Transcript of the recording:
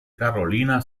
carolina